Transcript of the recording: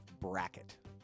Bracket